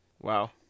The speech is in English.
Wow